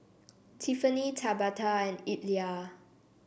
Tiffanie Tabatha and Illya